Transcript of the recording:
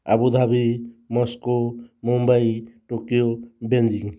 Abu Dhabi Moscow Mumbai Tokyo Beijing